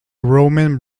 roman